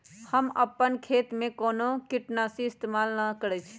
हम अपन खेत में कोनो किटनाशी इस्तमाल न करई छी